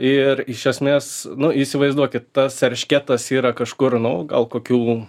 ir iš esmės nu įsivaizduokit tas eršketas yra kažkur nu gal kokių